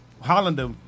Hollander